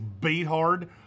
Beathard